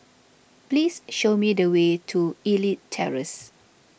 please show me the way to Elite Terrace